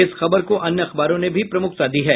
इस खबर को अन्य अखबारों ने भी प्रमुखता दी है